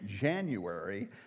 January